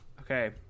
Okay